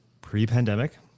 pre-pandemic